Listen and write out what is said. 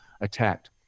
attacked